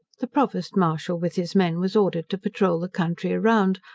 the provost martial with his men was ordered to patrole the country around,